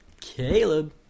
Caleb